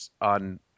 on